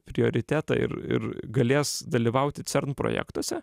prioritetą ir ir galės dalyvauti cern projektuose